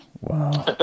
Wow